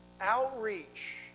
outreach